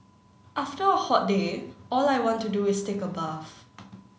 after a hot day all I want to do is take a bath